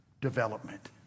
development